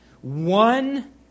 One